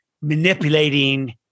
manipulating